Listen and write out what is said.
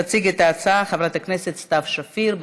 תציג את ההצעה חברת הכנסת סתיו שפיר.